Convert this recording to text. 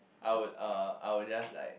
I would uh I would just like